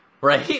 right